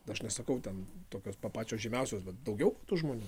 aš nesakau ten tokios pa pačios žymiausios bet daugiau tų žmonių